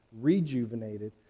rejuvenated